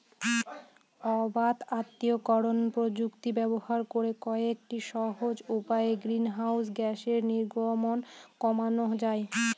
অবাত আত্তীকরন প্রযুক্তি ব্যবহার করে কয়েকটি সহজ উপায়ে গ্রিনহাউস গ্যাসের নির্গমন কমানো যায়